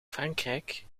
frankrijk